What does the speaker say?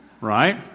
right